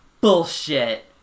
Bullshit